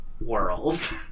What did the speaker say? world